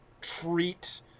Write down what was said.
treat